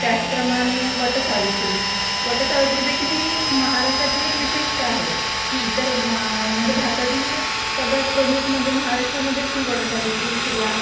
त्याचप्रमाणे वटसावित्री वटसावित्रीदेखील ही एक महाराष्ट्राची एक विशेषता आहे की इतर मा म्हणजे भारतातील सगळ्यात प्रमुख म्हणजे महाराष्ट्रामध्येच ही वटसावित्री स्त्रिया